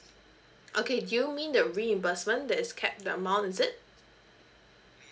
okay do you mean the reimbursement that is capped the amount is it